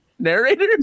Narrator